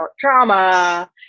trauma